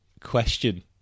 question